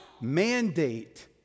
mandate